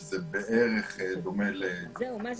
שזה דומה --- מה זה